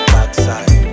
Backside